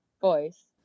voice